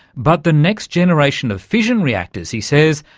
but the next generation of fission reactors, he says,